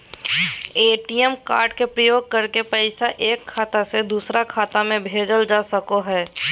ATM card के प्रयोग करके पैसा एक खाता से दोसर खाता में भेजल जा सको हय